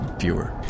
fewer